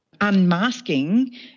unmasking